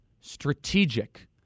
strategic